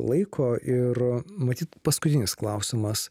laiko ir matyt paskutinis klausimas